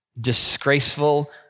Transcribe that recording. disgraceful